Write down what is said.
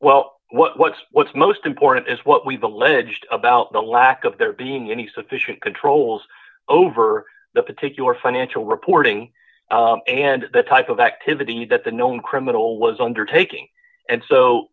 well what's what's most important is what we've alleged about the lack of there being any sufficient controls over the particular financial reporting and the type of activity that the known criminal was undertaking and so